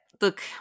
look